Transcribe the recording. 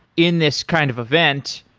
in this kind of events,